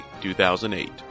2008